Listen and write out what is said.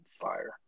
fire